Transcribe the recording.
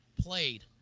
played